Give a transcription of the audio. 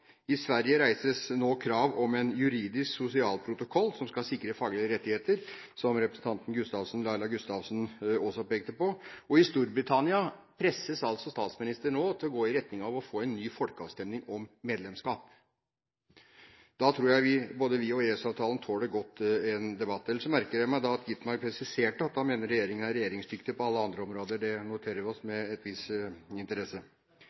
I Sverige reises nå krav om en juridisk sosialprotokoll som skal sikre faglige rettigheter, som representanten Laila Gustavsen også pekte på, og i Storbritannia presses altså statsministeren nå til å gå i retning av å få en ny folkeavstemning om medlemskap. Da tror jeg både vi og EØS-avtalen tåler godt en debatt. Ellers merker jeg meg at Skovholt Gitmark presiserte at han mener regjeringen er regjeringsdyktig på alle andre områder. Det noterer vi oss med en viss interesse.